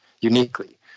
uniquely